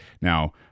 Now